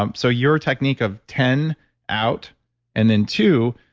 um so your technique of ten out and then two,